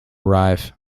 arrive